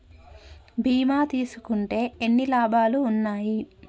బీమా తీసుకుంటే ఎన్ని లాభాలు ఉన్నాయి?